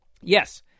Yes